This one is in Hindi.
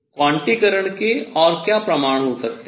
क्वांटीकरण के और क्या प्रमाण हो सकते हैं